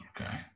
Okay